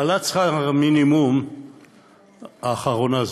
העלאת שכר המינימום האחרונה,